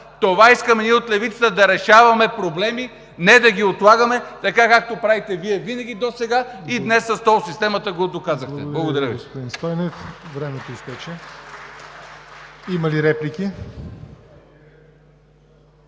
Това искаме ние от левицата – да решаваме проблеми, не да ги отлагаме, както правите Вие винаги досега! И днес с тол системата го доказахте. Благодаря Ви.